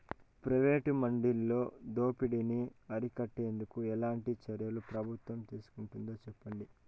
Private మండీలలో దోపిడీ ని అరికట్టేందుకు ఎట్లాంటి చర్యలు ప్రభుత్వం తీసుకుంటుందో చెప్పండి?